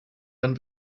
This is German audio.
dann